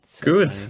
Good